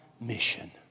mission